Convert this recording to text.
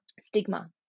stigma